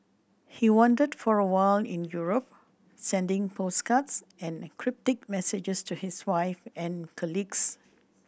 he wandered for a while in Europe sending postcards and cryptic messages to his wife and colleagues